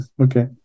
Okay